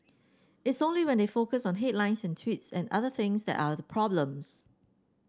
it's only when they focus on headlines and tweets and other things that are problems